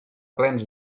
plens